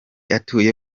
atuye